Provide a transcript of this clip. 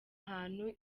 hantu